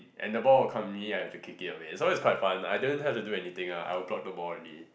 and the ball will come me I have kick away so is quite fun I don't have to do anything ah I will block the ball already